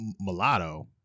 Mulatto